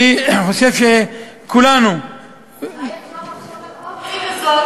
אולי אפשר לחשוב על אופציה זו,